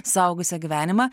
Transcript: suaugusio gyvenimą